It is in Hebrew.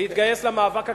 להתגייס למאבק הקשה,